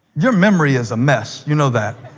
your memory is a mess. you know that.